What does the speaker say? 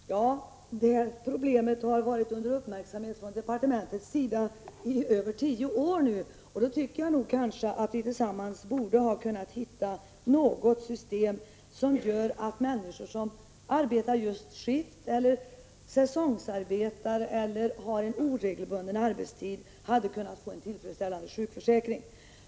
Herr talman! Det här problemet har varit föremål för uppmärksamhet från departementets sida i över tio år nu. Jag tycker att vi tillsammans borde ha kunnat hitta något system med en tillfredsställande sjukförsäkring för just skiftarbetare, säsongsarbetare och övriga människor med en oregelbunden arbetstid.